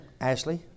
Ashley